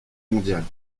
mondiale